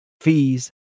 fees